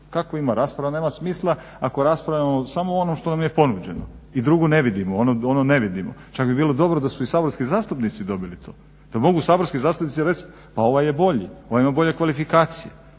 Kako ima, rasprava nema smisla ako raspravljamo samo o onom što nam je ponuđeno i drugu ne vidimo, ono ne vidimo. Čak bi bilo dobro da su i saborski zastupnici dobili to, da mogu saborski zastupnici reći pa ovaj je bolji, ovaj ima bolje kvalifikacije.